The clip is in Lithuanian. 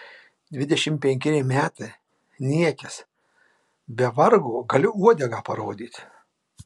dvidešimt penkeri metai niekis be vargo galiu uodegą parodyti